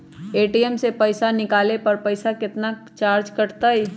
ATM से पईसा निकाले पर पईसा केतना चार्ज कटतई?